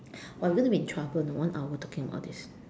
!wah! we are gonna be in trouble you know one hour talking about this